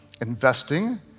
investing